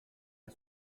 l’a